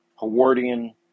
Howardian